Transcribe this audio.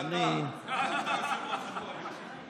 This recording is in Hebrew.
זה אתה, אתה יושב-ראש הקואליציה.